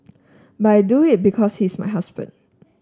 but I do it because he is my husband